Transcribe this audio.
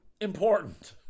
important